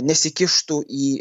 nesikištų į